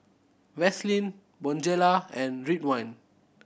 Vaselin Bonjela and Ridwind